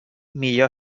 millor